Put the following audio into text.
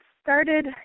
started